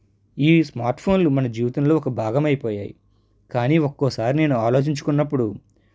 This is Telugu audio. ఈ స్మార్ట్ ఫోన్లు మన జీవితంలో ఒక భాగం అయిపోయాయి కానీ ఒక్కోసారి నేను ఆలోచించుకున్నప్పుడు